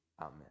Amen